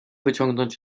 wyciągnąć